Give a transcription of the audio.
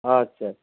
আচ্ছা আচ্ছা